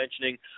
mentioning